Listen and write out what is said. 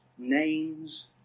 Names